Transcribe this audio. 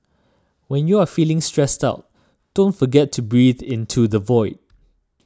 when you are feeling stressed out don't forget to breathe into the void